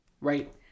Right